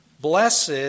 Blessed